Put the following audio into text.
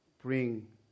bring